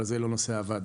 אבל זה לא נושא הוועדה.